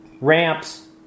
ramps